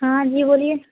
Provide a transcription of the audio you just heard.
ہاں جی بولیے